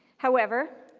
however,